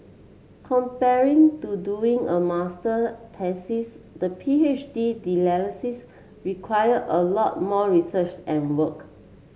comparing to doing a master taxis the P H D require a lot more research and work